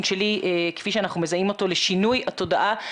שלי כפי שאנחנו מזהים אותו לשינוי התודעה.